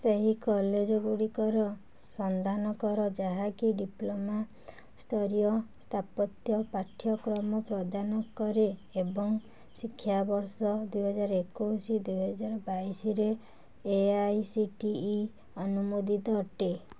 ସେହି କଲେଜ୍ଗୁଡ଼ିକର ସନ୍ଧାନ କର ଯାହାକି ଡ଼ିପ୍ଲୋମା ସ୍ତରୀୟ ସ୍ଥାପତ୍ୟ ପାଠ୍ୟକ୍ରମ ପ୍ରଦାନ କରେ ଏବଂ ଶିକ୍ଷାବର୍ଷ ଦୁଇ ହଜାର ଏକୋଇଶି ଦୁଇ ହଜାର ବାଇଶିରେ A I C T E ଅନୁମୋଦିତ ଅଟେ